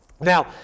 Now